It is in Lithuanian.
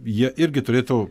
jie irgi turėtų